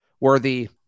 worthy